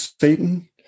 Satan